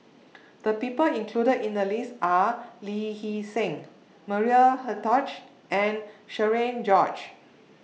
The People included in The list Are Lee Hee Seng Maria Hertogh and Cherian George